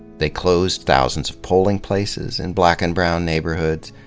they closed thousands of polling places in black and brown neighborhoods.